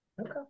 Okay